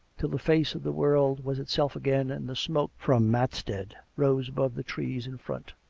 till the face of the world was itself again, and the smoke from matstead rose above the trees in front.